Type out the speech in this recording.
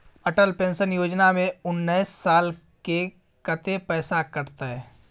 Atal pension योजना में उनैस साल के कत्ते पैसा कटते?